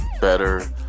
better